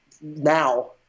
now